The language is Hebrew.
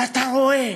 ואתה רואה